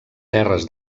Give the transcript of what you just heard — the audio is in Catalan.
terres